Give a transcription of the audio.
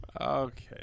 Okay